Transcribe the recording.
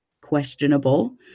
questionable